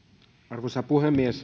arvoisa puhemies